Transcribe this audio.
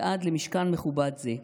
ועד למשכן מכובד זה.